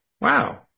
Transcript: wow